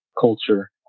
culture